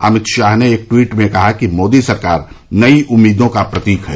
अमित शाह ने एक ट्वीट में कहा कि मोदी सरकार नई उम्मीदों का प्रतीक है